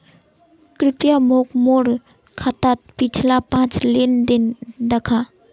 कृप्या मोक मोर खातात पिछला पाँच लेन देन दखा